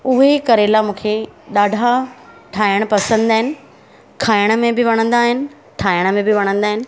उहे करेला मूंखे ॾाढा ठाहिण पसंदि आहिनि खाइण में बि वणंदा आहिनि ठाहिण में बि वणंदा आहिनि